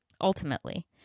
ultimately